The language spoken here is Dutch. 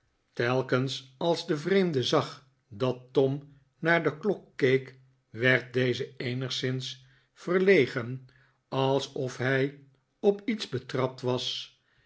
telkens als de vreemde zag dat tom naar de klok keek werd deze eenigszins verlegen alsof hij op iets betrapt was